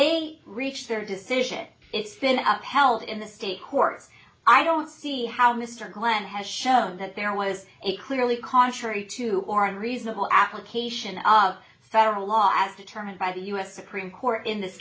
they reached their decision it's been up held in the state courts i don't see how mr glenn has shown that there was a clearly contrary to or a reasonable application of federal law as determined by the u s supreme court in this